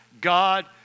God